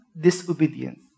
disobedience